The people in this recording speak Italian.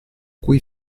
cui